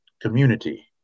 community